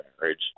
marriage